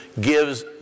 gives